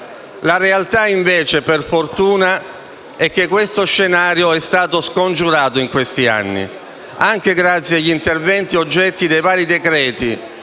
La realtà, invece e per fortuna, è che tale scenario è stato scongiurato in questi anni anche grazie agli interventi oggetto dei vari decreti-legge